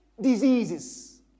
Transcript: diseases